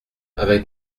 avec